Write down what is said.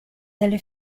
dalle